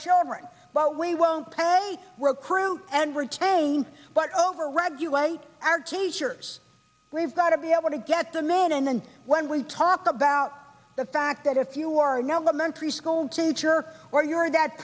children but we won't play recruit and retain but over regulate our teachers we've got to be able to get them in and then when we talk about the fact that if you are an elementary school teacher or your dad